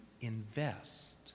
invest